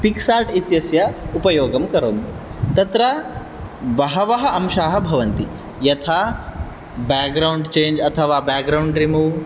Picsart इत्यस्य उपयोगम् करोमि तत्र बहवः अंशाः भवन्ति यथा ब्यग्राऊण्ड् चेञ्ज् अथवा ब्यग्राऊण्ड् रिमूव्